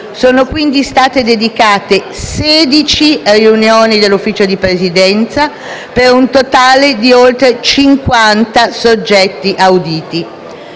sono quindi state dedicate 16 riunioni dell'Ufficio di Presidenza, per un totale di oltre 50 soggetti auditi.